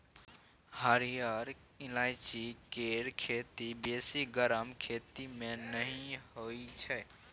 हरिहर ईलाइची केर खेती बेसी गरम खेत मे नहि होइ छै